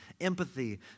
empathy